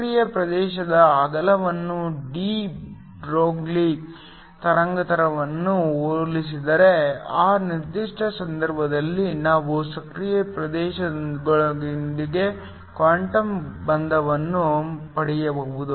ಸಕ್ರಿಯ ಪ್ರದೇಶದ ಅಗಲವನ್ನು ಡಿ ಬ್ರೊಗ್ಲಿ ತರಂಗಾಂತರಕ್ಕೆ ಹೋಲಿಸಿದರೆ ಆ ನಿರ್ದಿಷ್ಟ ಸಂದರ್ಭದಲ್ಲಿ ನಾವು ಸಕ್ರಿಯ ಪ್ರದೇಶದೊಳಗೆ ಕ್ವಾಂಟಮ್ ಬಂಧನವನ್ನು ಪಡೆಯಬಹುದು